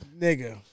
Nigga